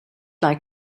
like